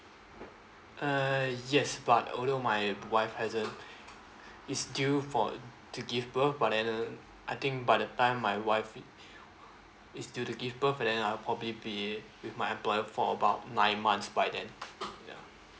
uh yes but although my wife hasn't it's due for to give birth but then I think by the time my wife it's due to give birth and then I'll probably be with my employer for about nine months by then ya